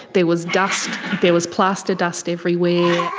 there was dust, there was plaster dust everywhere.